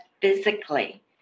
physically